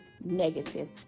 negative